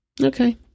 Okay